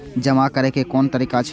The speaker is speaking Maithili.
जमा करै के कोन तरीका छै?